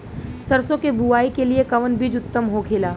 सरसो के बुआई के लिए कवन बिज उत्तम होखेला?